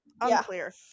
Unclear